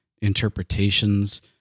interpretations